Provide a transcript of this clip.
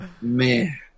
man